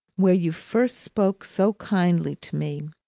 where you first spoke so kindly to me!